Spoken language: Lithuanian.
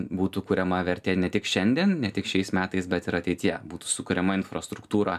būtų kuriama vertė ne tik šiandien ne tik šiais metais bet ir ateityje būtų sukuriama infrastruktūra